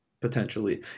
potentially